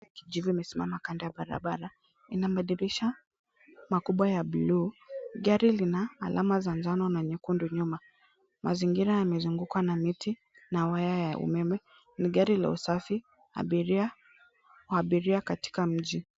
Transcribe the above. Gari ya kijivu imesimama kando ya barabara. Ina madirisha makubwa ya buluu. Gari lina alama za njano na nyekundu nyuma. Mazingira yamezungukwa na miti na waya ya umeme. Ni gari la usafi wa abiria katika mji.